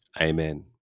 Amen